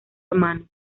hermanos